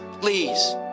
please